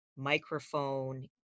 microphone